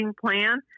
plan